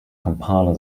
compiler